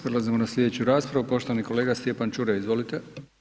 Prelazimo na slijedeću raspravu, poštovani kolega Stjepan Čuraj, izvolite.